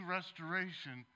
restoration